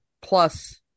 plus